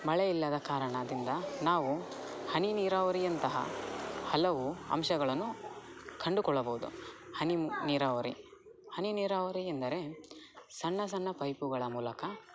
ಮಳೆ ಇಲ್ಲದ ಕಾರಣದಿಂದ ನಾವು ಹನಿ ನೀರಾವರಿಯಂತಹ ಹಲವು ಅಂಶಗಳನ್ನು ಕಂಡುಕೊಳ್ಳಬೌದು ಹನಿ ಮು ನೀರಾವರಿ ಹನಿ ನೀರಾವರಿ ಎಂದರೆ ಸಣ್ಣ ಸಣ್ಣ ಪೈಪುಗಳ ಮೂಲಕ